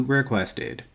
requested